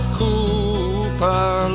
cooper